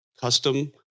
custom